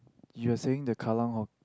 you are saying the Kallang or